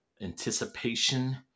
anticipation